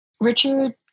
Richard